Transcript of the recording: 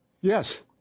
Yes